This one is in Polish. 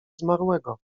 zmarłego